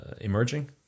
emerging